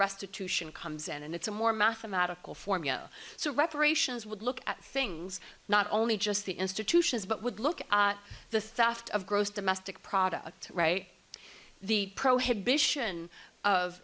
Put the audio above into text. restitution comes in and it's a more mathematical formula so reparations would look at things not only just the institutions but would look at the theft of gross domestic product right the prohibition of